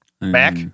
Mac